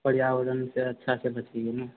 पर्यावरणसँ अच्छासँ ने